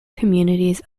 communities